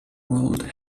world